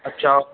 अच्छा